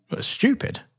stupid